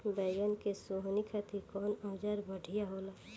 बैगन के सोहनी खातिर कौन औजार बढ़िया होला?